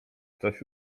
ktoś